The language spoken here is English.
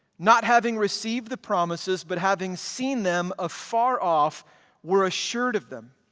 not having received the promises, but having seen them afar off were assured of them,